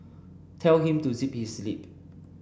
tell him to zip his lip